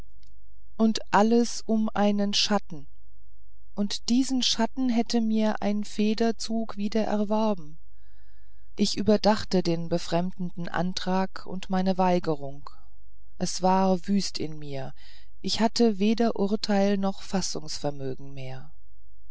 und alles um einen schatten und diesen schatten hätte mir ein federzug wieder erworben ich überdachte den befremdenden antrag und meine weigerung es war wüst in mir ich hatte weder urteil noch fassungsvermögen mehr